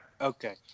Okay